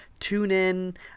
TuneIn